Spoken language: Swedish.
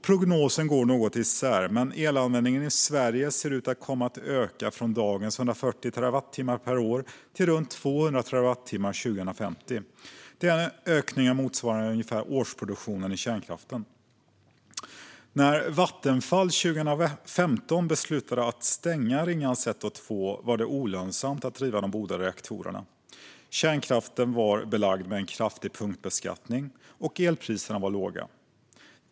Prognoserna går något isär, men elanvändningen i Sverige ser ut att komma att öka från dagens 140 terawattimmar per år till runt 200 terawattimmar 2050. Den ökningen motsvarar ungefär årsproduktionen i kärnkraften. När Vattenfall 2015 beslutade att stänga Ringhals 1 och 2 var det olönsamt att driva de båda reaktorerna. Kärnkraften var belagd med en kraftig punktbeskattning, och elpriserna var låga.